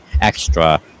extra